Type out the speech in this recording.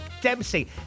Dempsey